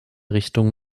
richtung